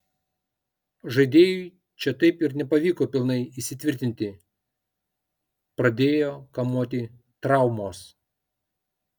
žaidėjui čia taip ir nepavyko pilnai įsitvirtinti pradėjo kamuoti traumos